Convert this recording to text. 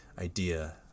idea